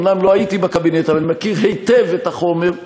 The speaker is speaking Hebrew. אומנם לא הייתי בקבינט אבל אני מכיר היטב את החומר.